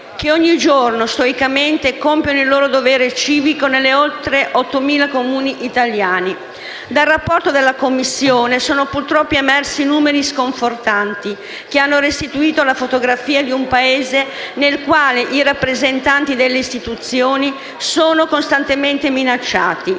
che ogni giorno, stoicamente, compiono il loro dovere civico negli oltre 8.000 Comuni italiani. Dal rapporto della Commissione sono purtroppo emersi numeri sconfortanti, che hanno restituito la fotografia di un Paese nel quale i rappresentanti delle istituzioni sono costantemente minacciati.